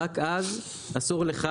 רק אז אסור לך,